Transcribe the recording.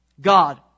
God